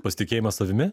pasitikėjimas savimi